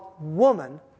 woman